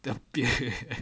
appear